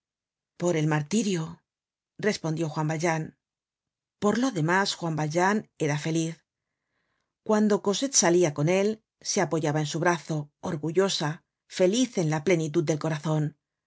por el martirio respondió juan valjean por lo demás juan valjean era feliz cuando cosette salia con él se apoyaba en su brazo orgullosa feliz en la plenitud del corazon